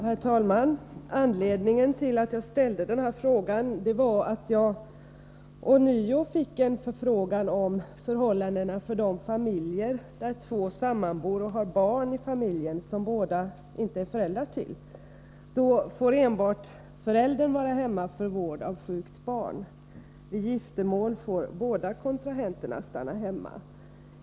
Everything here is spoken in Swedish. Herr talman! Anledningen till att jag ställde denna fråga var att jag ånyo fick en förfrågan om förhållandena för de familjer där två personer sammanbor och har barn som inte båda är föräldrar till. Enbart föräldern får då vara hemma för vård av sjukt barn. Vid giftermål får båda kontrahenterna stanna hemma.